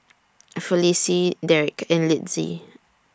Felicie Derek and Litzy